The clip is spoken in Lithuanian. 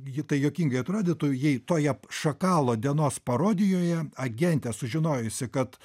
ji tai juokingai atrodytų jei toje šakalo dienos parodijoje agentė sužinojusi kad